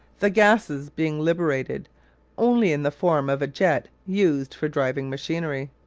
the gases being liberated only in the form of a jet used for driving machinery.